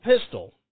pistol